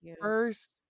first